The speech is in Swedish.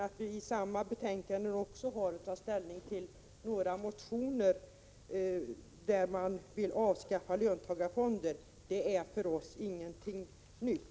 Att det också har väckts några motioner — som behandlas i samma betänkande — om att avskaffa löntagarfonderna är för oss ingenting nytt.